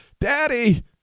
Daddy